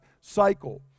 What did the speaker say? cycle